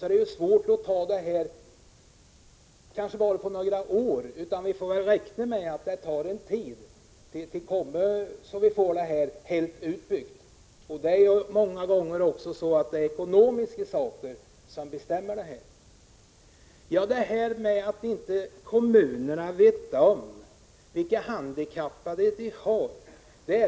Det är svårt att åstadkomma det på bara några år. Vi får väl räkna med att det tar tid innan vi får hela utbyggnaden klar. Det är många gånger också ekonomiska omständigheter som bestämmer det.